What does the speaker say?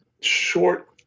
short